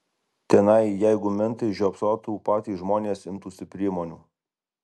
tenai jeigu mentai žiopsotų patys žmonės imtųsi priemonių